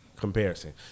comparison